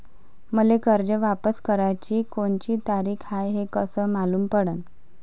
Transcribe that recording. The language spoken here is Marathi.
मले कर्ज वापस कराची कोनची तारीख हाय हे कस मालूम पडनं?